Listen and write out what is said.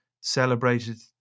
celebrated